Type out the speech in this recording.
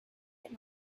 and